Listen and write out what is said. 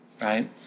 right